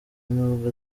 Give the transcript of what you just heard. n’ubwo